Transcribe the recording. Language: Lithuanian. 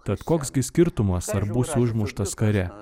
tad koks gi skirtumas ar būsiu užmuštas kare